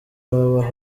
baba